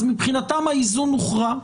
אז מבחינתם האיזון הוכרע.